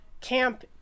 camp